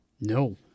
No